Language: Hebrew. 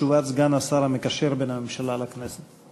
תשובת סגן השר המקשר בין הממשלה לכנסת.